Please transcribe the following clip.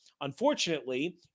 Unfortunately